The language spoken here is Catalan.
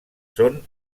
són